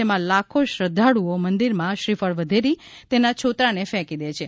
જેમાં લાખો શ્રદ્ધાળુઓ મંદિરોમાં શ્રીફળ વધેરી તેના છોતરાને ફેંકી દે છે